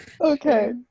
Okay